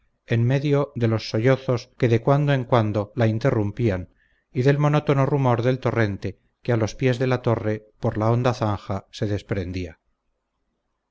en medio de los sollozos que de cuando en cuando la interrumpían y del monótono rumor del torrente que a los pies de la torre por la honda zanja se desprendía